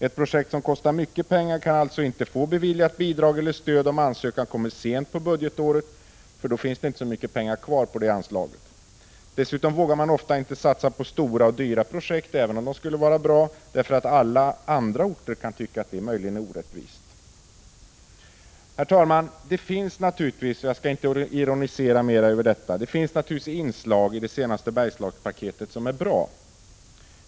Ett projekt som kostar mycket pengar kan alltså inte få bidrag eller stöd om ansökan lämnas in sent på budgetåret, för då finns det inte så mycket pengar kvar på anslaget. Dessutom vågar man ofta inte satsa på stora och dyra projekt, även om de skulle vara bra, därför att människorna på alla andra orter möjligen kan tycka att det är orättvist. Herr talman! Det finns naturligtvis — jag skall inte ironisera mer över detta —- inslag i det senaste Bergslagspaketet som är bra.